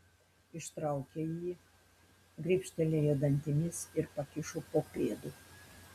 ištraukė jį gribštelėjo dantimis ir pakišo po pėdu